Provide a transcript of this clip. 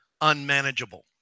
unmanageable